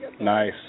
Nice